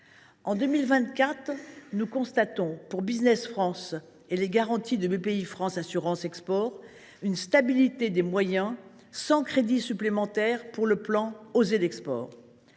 En 2024, nous constatons pour Business France et les garanties de Bpifrance Assurance export une stabilité des moyens, sans crédits supplémentaires pour le plan Osez l’export.